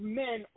men